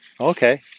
okay